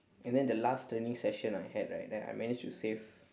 and then the last training session I had right then I managed to save